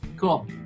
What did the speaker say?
cool